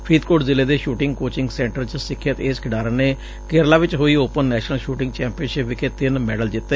ਫਰੀਦਕੋਟ ਜ਼ਿਲ੍ਹੇ ਦੇ shooting coaching centre ਚ ਸਿਖਿਅਤ ਇਸ ਖਿਡਾਰਨ ਨੇ ਕੇਰਲਾ ਚ ਹੋਈ ਓਪਨ ਨੈਸ਼ਨਲ ਸੁਟਿੰਗ ਚੈਂਪੀਅਨਸ਼ਿਪ ਵਿਖੇ ਤਿੰਨ ਮੈਡਲ ਜਿੱਤੇ